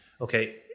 Okay